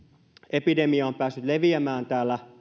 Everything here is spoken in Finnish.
epidemia on päässyt leviämään erityisesti täällä